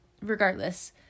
regardless